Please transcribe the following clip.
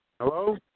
Hello